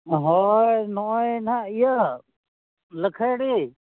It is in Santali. ᱦᱳᱭ ᱱᱚᱜᱼᱚᱭ ᱱᱟᱦᱟᱜ ᱤᱭᱟᱹ ᱞᱟᱹᱠᱷᱟᱹᱭᱰᱤ